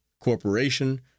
corporation